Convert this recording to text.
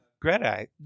Greta